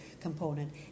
component